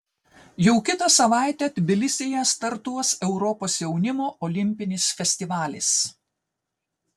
jau kitą savaitę tbilisyje startuos europos jaunimo olimpinis festivalis